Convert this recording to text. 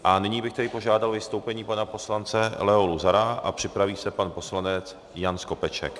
A nyní bych tedy požádal o vystoupení pana poslance Leo Luzara a připraví se pan poslanec Jan Skopeček.